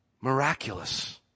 Miraculous